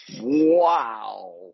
Wow